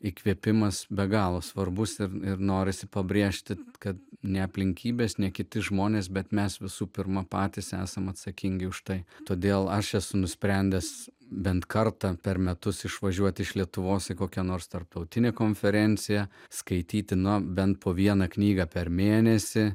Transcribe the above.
įkvėpimas be galo svarbus ir norisi pabrėžti kad ne aplinkybės ne kiti žmonės bet mes visų pirma patys esam atsakingi už tai todėl aš esu nusprendęs bent kartą per metus išvažiuoti iš lietuvos į kokią nors tarptautinę konferenciją skaityti na bent po vieną knygą per mėnesį